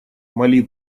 мали